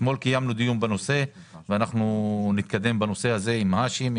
אתמול קיימנו דיון בנושא ואנחנו נתקדם בנושא הזה עם האשם,